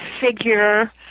figure